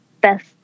best